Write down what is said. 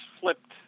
flipped